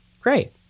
great